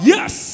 Yes